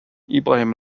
ibrahim